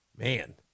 Man